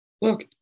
look